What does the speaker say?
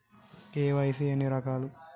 KYC ఎన్ని రకాలు?